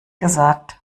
gesagt